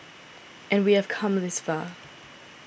and we have come this far